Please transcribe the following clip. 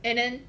and then